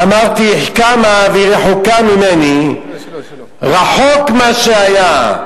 אמרתי אחכמה והיא רחוקה ממני, רחוק מה שהיה,